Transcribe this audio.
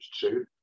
two